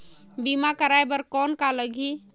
बीमा कराय बर कौन का लगही?